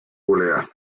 volea